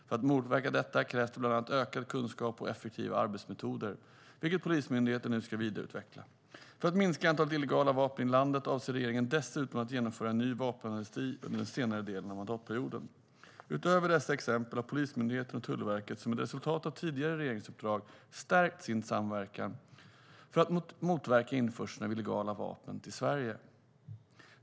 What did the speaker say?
För att motverka detta krävs bland annat ökad kunskap och effektiva arbetsmetoder, vilket Polismyndigheten nu ska vidareutveckla. För att minska antalet illegala vapen i landet avser regeringen dessutom att genomföra en ny vapenamnesti under den senare delen av mandatperioden. Utöver dessa exempel har Polismyndigheten och Tullverket som ett resultat av tidigare regeringsuppdrag stärkt sin samverkan för att motverka införseln av illegala vapen till Sverige.